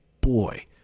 boy